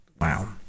wow